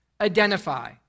identify